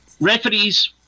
referees